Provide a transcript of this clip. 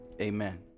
amen